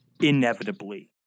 inevitably